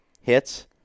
hits